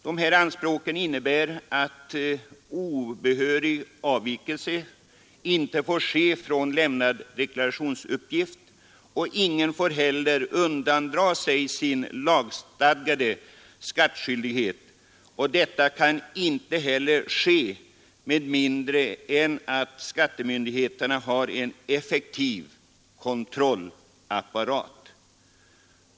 Dessa anspråk innebär att obehörig avvikelse inte får ske från lämnad deklarationsuppgift, och ingen får heller undandra sig sin lagstadgade skatteskyldighet. Detta kan inte heller ske med mindre än att skattemyndigheterna har en effektiv kontrollapparat.